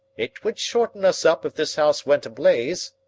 it would shorten us up if this house went ablaze.